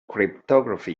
cryptography